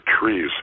trees